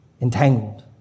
Entangled